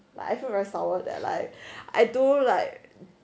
like I feel very sour like I feel very sour that like I do like